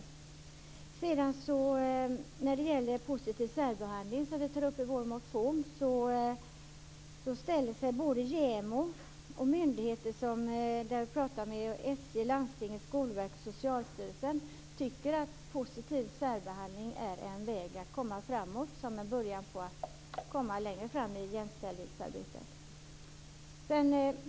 Vi tar vidare i vår motion upp frågan om positiv särbehandling. Både JämO och andra myndigheter som vi har kontaktat om detta, nämligen SJ, landsting, Skolverket och Socialstyrelsen, tycker att positiv särbehandling är en väg att komma framåt i jämställdhetsarbetet.